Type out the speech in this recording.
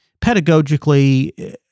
pedagogically